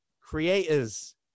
creators